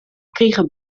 krige